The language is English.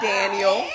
Daniel